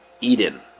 Eden